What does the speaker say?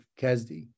Kesdi